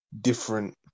different